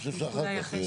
אני חושב שאחר כך.